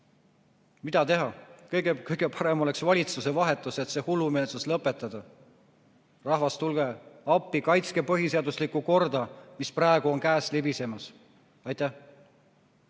Mida teha? Kõige parem oleks valitsuse vahetus, et see hullumeelsus lõpetada. Rahvas, tulge appi ja kaitske põhiseaduslikku korda, mis praegu on käest libisemas. Väga